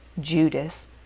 Judas